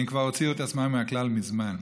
הם כבר הוציאו את עצמם מהכלל מזמן.